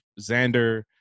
Xander